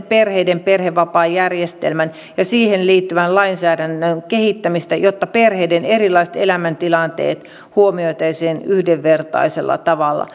perheiden perhevapaajärjestelmän ja siihen liittyvän lainsäädännön kehittämistä jotta perheiden erilaiset elämäntilanteet huomioitaisiin yhdenvertaisella tavalla